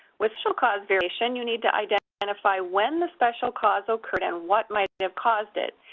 with special cause variation, you need to identify when the special cause occurred and what might have caused it,